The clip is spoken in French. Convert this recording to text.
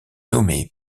nommés